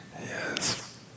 Yes